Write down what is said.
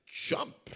jump